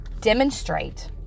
demonstrate